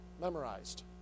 memorized